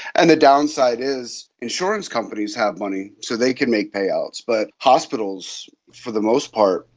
and the downside is insurance companies have money so they can make payouts, but hospitals for the most part,